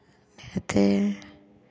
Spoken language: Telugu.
అయితే